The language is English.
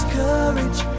courage